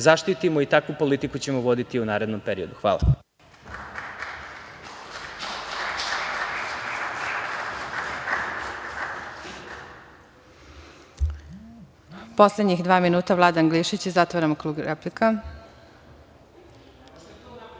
zaštitimo. Takvu politiku ćemo voditi u narednom periodu. Hvala.